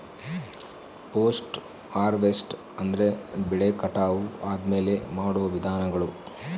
post harvest ಅಂದ್ರೆ ಬೆಳೆ ಕಟಾವು ಆದ್ಮೇಲೆ ಮಾಡೋ ವಿಧಾನಗಳು